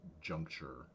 juncture